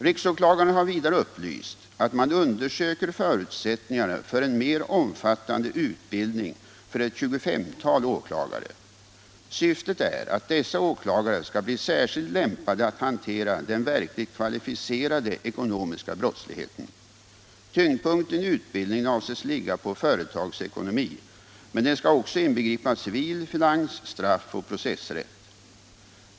Riksåklagaren har vidare upplyst att man undersöker förutsättningarna för en mer omfattande utbildning för ett 25-tal åklagare. Syftet är att dessa åklagare skall bli särskilt lämpade att hantera den verkligt kvalificerade ekonomiska brottsligheten. Tyngdpunkten i utbildningen avses ligga på företagsekonomi men den skall också inbegripa civil-, finans-, straff och processrätt.